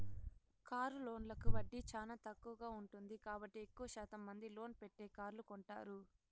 car లోన్లకు వడ్డీ చానా తక్కువగా ఉంటుంది కాబట్టి ఎక్కువ శాతం మంది లోన్ పెట్టే కార్లు కొంటారు